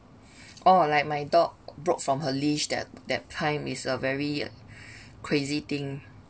oh like my dog broke from her leash that that time is a very crazy thing